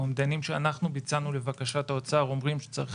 האומדנים שאנחנו ביצענו לבקשת האוצר אומרים שצריך